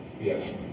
Yes